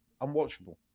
unwatchable